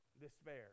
despair